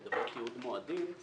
לגבי תיעוד מועדים,